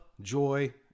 joy